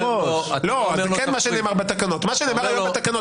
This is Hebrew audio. מה שנאמר היום בתקנות,